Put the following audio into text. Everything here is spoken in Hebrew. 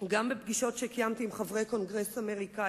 גם בפגישות שקיימתי עם חברי הקונגרס האמריקני